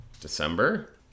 December